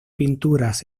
pinturas